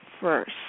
first